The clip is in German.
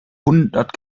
hundert